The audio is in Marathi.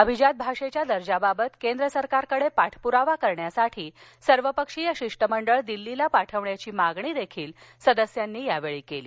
अभिजात भाषेच्या दर्जाबाबत केंद्र सरकारकडे पाठप्रावा करण्यासाठी सर्वपक्षीय शिष्टमंडळ दिल्लीला पाठवण्याची मागणी देखील सदस्यांनी यावेळी केली